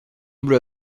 bleue